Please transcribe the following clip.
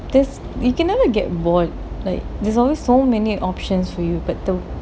that's you can never get bored like there's always so many options for you but the